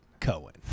Cohen